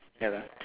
ya lah